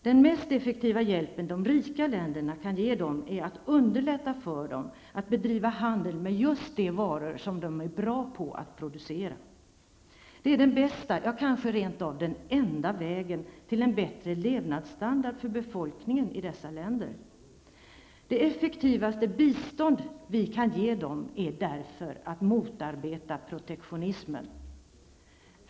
Den mest effektiva hjälp som de rika länderna kan ge dem är att underlätta för dem att bedriva handel med just de varor som de är bra på att producera. Det är den bästa, ja kanske rent av den enda vägen till en bättre levnadsstandard för befolkningen i dessa länder. Det effektivaste bistånd vi kan ge dem är därför att motarbeta protektionismen.